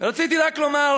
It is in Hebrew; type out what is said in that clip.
רציתי רק לומר: